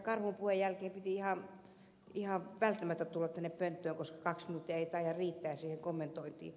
karhun puheen jälkeen piti ihan välttämättä tulla tänne pönttöön koska kaksi minuuttia ei taida riittää siihen kommentointiin